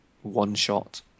one-shot